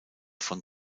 von